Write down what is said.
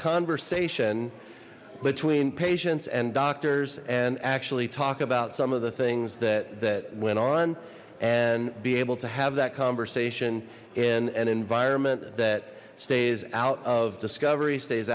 conversation between patients and doctors and actually talk about some of the things that that went on and be able to have that conversation in an environment that stays out of discovery stays